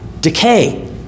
decay